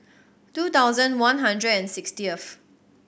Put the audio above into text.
two thousand one hundred and sixtieth